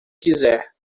quiser